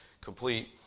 complete